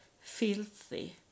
filthy